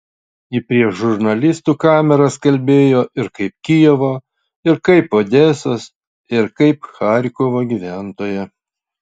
ji prieš žurnalistų kameras kalbėjo ir kaip kijevo ir kaip odesos ir kaip charkovo gyventoja